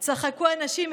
// צחקו האנשים,